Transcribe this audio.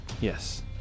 Yes